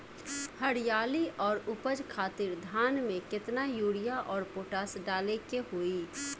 हरियाली और उपज खातिर धान में केतना यूरिया और पोटाश डाले के होई?